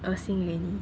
恶心 leh 你